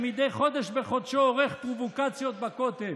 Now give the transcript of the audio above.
שמדי חודש בחודשו עורך פרובוקציות בכותל?